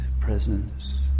presence